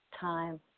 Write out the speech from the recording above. time